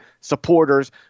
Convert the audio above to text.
supporters